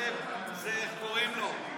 אצלכם זה, איך קוראים לו?